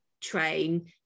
train